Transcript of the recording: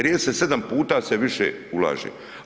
37 puta se više ulaže.